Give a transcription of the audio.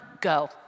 Go